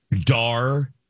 Dar